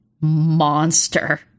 monster